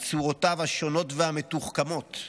על צורותיו השונות המתוחכמות,